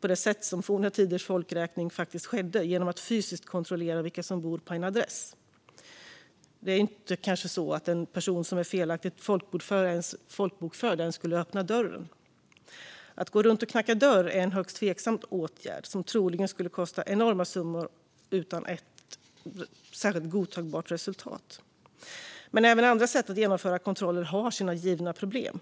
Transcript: det sätt på vilket forna tiders folkräkning skedde, genom att fysiskt kontrollera vilka som bor på en adress. En person som är felaktigt folkbokförd kanske inte ens skulle öppna dörren. Att gå runt och knacka dörr är en högst tveksam åtgärd som troligen skulle kosta enorma summor utan ett godtagbart resultat. Även andra sätt att genomföra kontroller har sina givna problem.